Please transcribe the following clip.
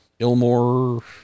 ilmore